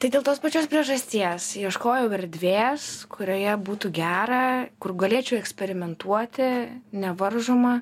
tai dėl tos pačios priežasties ieškojau erdvės kurioje būtų gera kur galėčiau eksperimentuoti nevaržoma